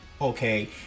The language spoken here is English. okay